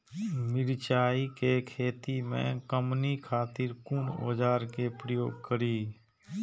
मिरचाई के खेती में कमनी खातिर कुन औजार के प्रयोग करी?